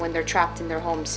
when they're trapped in their homes